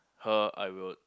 her I will